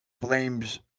blames